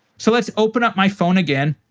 so let's open up my phone again.